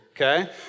okay